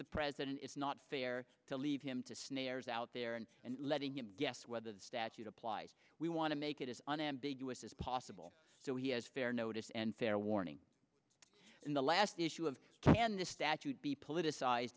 the president it's not fair to leave him to snares out there and letting him guess whether the statute applies we want to make it is unambiguous as possible so he has fair notice and fair warning in the last issue of can the statute be politicized